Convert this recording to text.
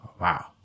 Wow